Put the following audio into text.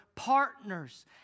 partners